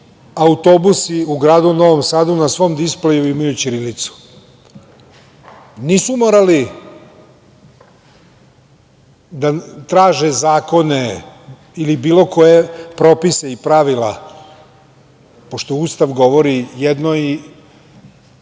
autobusu u gradu Novom Sadu na svom displeju imaju ćirilicu. Nisu morali da traže zakone ili bilo koje propise i pravila, pošto Ustav govori jedno,